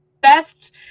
best